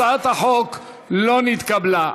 הצעת החוק לא נתקבלה.